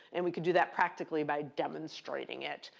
and we could do that practically by demonstrating it.